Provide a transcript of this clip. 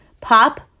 pop